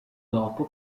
dopo